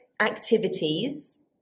activities